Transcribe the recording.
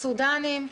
סודנים,